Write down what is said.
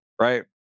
Right